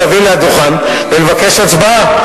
להביא לדוכן ולבקש הצבעה.